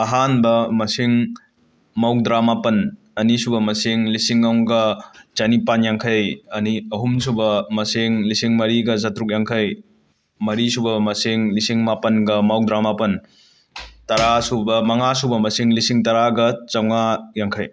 ꯑꯍꯥꯟꯕ ꯃꯁꯤꯡ ꯃꯧꯗ꯭ꯔꯃꯥꯄꯟ ꯑꯅꯤꯁꯨꯕ ꯃꯁꯤꯡ ꯂꯤꯁꯤꯡ ꯑꯝꯒ ꯆꯅꯤꯄꯥꯟ ꯌꯥꯡꯈꯩ ꯑꯅꯤ ꯑꯍꯨꯝꯁꯨꯕ ꯃꯁꯤꯡ ꯂꯤꯁꯤꯡ ꯃꯔꯤꯒ ꯆꯇ꯭ꯔꯨꯛ ꯌꯥꯡꯈꯩ ꯃꯔꯤꯁꯨꯕ ꯃꯁꯤꯡ ꯂꯤꯁꯤꯡ ꯃꯥꯄꯟꯒ ꯃꯧꯗ꯭ꯔꯥꯃꯥꯄꯟ ꯇꯔꯥꯁꯨꯕ ꯃꯉꯥꯁꯨꯕ ꯃꯁꯤꯡ ꯂꯤꯁꯤꯡ ꯇꯔꯥꯒ ꯆꯥꯝꯉꯥ ꯌꯥꯡꯈꯩ